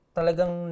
Talagang